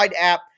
app